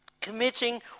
committing